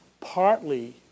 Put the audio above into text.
partly